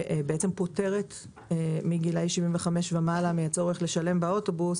שפוטרת גילאי 75 ומעלה מן הצורך לשלם באוטובוס,